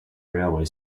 railway